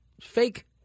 fake